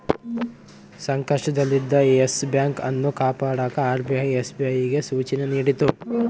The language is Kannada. ಸಂಕಷ್ಟದಲ್ಲಿದ್ದ ಯೆಸ್ ಬ್ಯಾಂಕ್ ಅನ್ನು ಕಾಪಾಡಕ ಆರ್.ಬಿ.ಐ ಎಸ್.ಬಿ.ಐಗೆ ಸೂಚನೆ ನೀಡಿತು